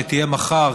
שתהיה מחר,